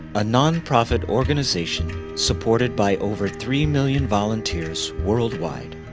a non-profit organization supported by over three million volunteers worldwide.